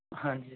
हाँ जी